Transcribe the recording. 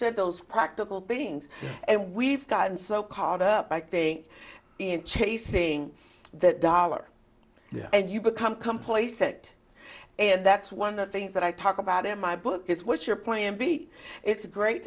said those practical things and we've gotten so caught up i think in chasing that dollar and you become complacent and that's one of the things that i talk about in my book is what's your plan b it's great